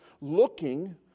Looking